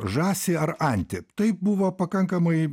žąsį ar antį tai buvo pakankamai